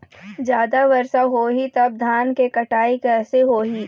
जादा वर्षा होही तब धान के कटाई कैसे होही?